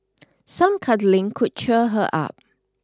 some cuddling could cheer her up